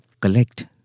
collect